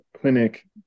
clinic